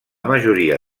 majoria